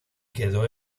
quedó